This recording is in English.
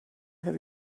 have